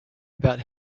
about